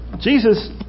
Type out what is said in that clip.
Jesus